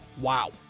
Wow